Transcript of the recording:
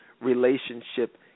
relationship